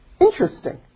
interesting